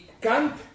Kant